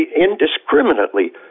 indiscriminately